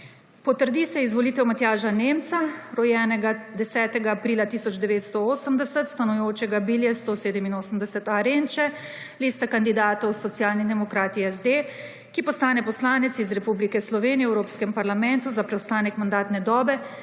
Potrdi se izvolitev Matjaža Nemca, rojenega 10. aprila 1980, stanujočega Bilje 187.a, Renče, lista kandidatov Socialni demokrati, SD, ki postane poslanec iz Republike Slovenije v Evropskem parlamentu za preostanek mandatne dobe